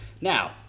Now